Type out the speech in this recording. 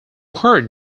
heard